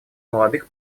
молодых